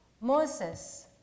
Moses